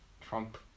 Trump